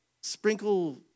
sprinkle